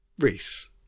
reese